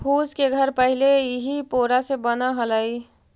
फूस के घर पहिले इही पोरा से बनऽ हलई